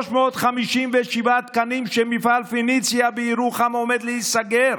357 תקנים כשמפעל פניציה בירוחם עומד להיסגר?